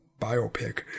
biopic